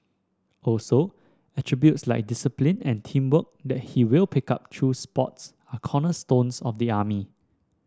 also attributes like discipline and teamwork that he will pick up through sports are cornerstones of the army